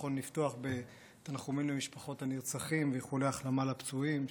ונכון לפתוח בתנחומים למשפחות הנרצחים ואיחולי החלמה לפצועים,